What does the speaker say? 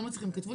תודה.